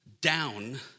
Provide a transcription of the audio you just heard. down